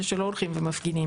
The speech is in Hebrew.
אלה שלא הולכים ומפגינים,